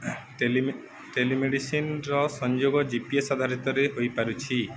ଟେ ଟେଲି ମେଡ଼ିସିନ୍ର ସଂଯୋଗ ଜିପିଏସ୍ ଆଧାରିତରେ ହୋଇପାରୁଛି